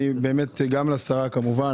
גם לשרה כמובן,